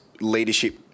leadership